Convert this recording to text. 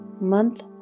month